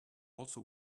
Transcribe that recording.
also